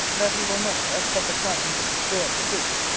that he will not, at proper times, draw up the bridge.